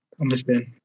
Understand